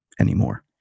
anymore